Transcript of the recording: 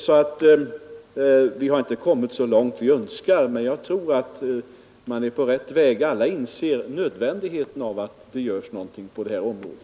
Vi har alltså inte kommit så långt som vi önskar, men jag tror att man är på rätt väg. Alla inser nödvändigheten av att det görs någonting på detta område.